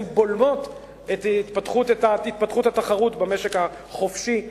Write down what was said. בולמים את התפתחות התחרות במשק החופשי הישראלי.